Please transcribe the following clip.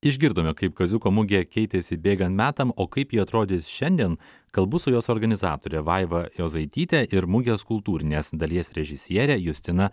išgirdome kaip kaziuko mugė keitėsi bėgant metams o kaip ji atrodys šiandien kalbu su jos organizatore vaiva jozaityte ir mugės kultūrinės dalies režisiere justina